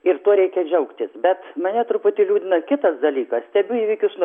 ir tuo reikia džiaugtis bet mane truputį liūdina kitas dalykas stebiu įvykius nuo